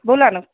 बोला ना